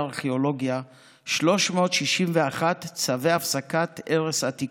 ארכיאולוגיה 361 צווי הפסקת הרס עתיקות.